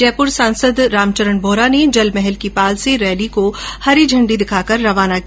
जयपुर सांसद रामचरण बोहरा ने जलमहल की पाल से रैली को हरी झण्ड़ी दिखाकर रवाना किया